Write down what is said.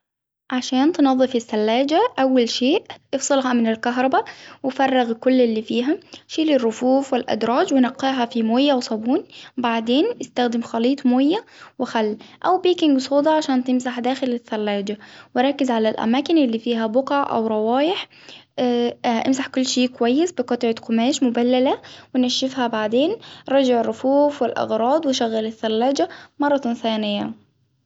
عشان تنضف التلاجة أول شيء فصلها من الكهربا وفرغي كل اللي فيها، شيلي الرفوف والأدراج ونقعها في مية وصابون، بعدين إستخدم خليط ميه وخل أو بيكنج صودا عشان تمسح داخل الثلاجة ، وركز على الأماكن اللي فيها بقع أو روايح. إمسح كويس بقطعة قماش مبللة، ونشفها بعدين رجع الرفوف والأغراض وشغل الثلاجة مرة ثانية.